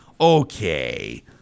Okay